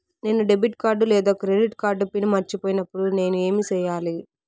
నేను debit card లేదా credit card PIN మర్చిపోయినప్పుడు నేను ఏమి సెయ్యాలి?